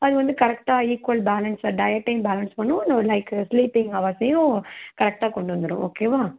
அது வந்து கரெக்டாக ஈக்வல் பேலன்ஸில் டயட்டையும் பேலன்ஸ் பண்ணும் லைக் ஸ்லீப்பிங் ஹவர்ஸ்ஸையும் கரெக்டாக கொண்டு வந்துடும் ஓகேவா